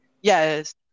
yes